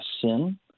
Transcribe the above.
sin